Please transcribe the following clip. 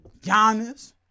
Giannis